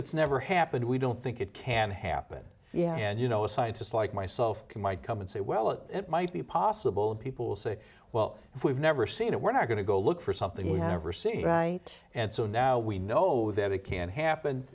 never happened we don't think it can happen yeah and you know a scientist like myself can might come and say well it might be possible and people say well if we've never seen it we're not going to go look for something we have ever seen right and so now we know that it can happen